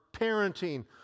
parenting